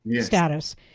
status